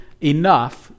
enough